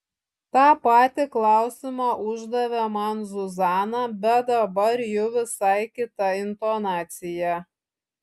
tą patį klausimą uždavė man zuzana bet dabar jau visai kita intonacija